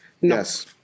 Yes